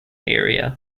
area